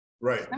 Right